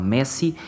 Messi